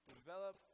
Develop